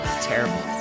terrible